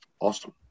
awesome